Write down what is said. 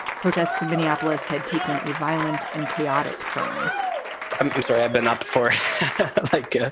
protests in minneapolis had taken a violent and chaotic turn i'm i'm sorry i had been up for like yeah